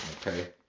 okay